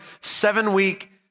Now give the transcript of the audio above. seven-week